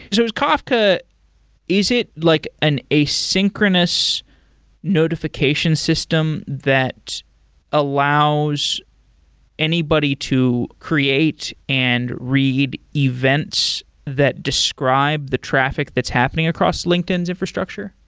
so is kafka is it like an asynchronous notification system that allows anybody to create and read events that describe the traffic that's happening across linkedin's infrastructure?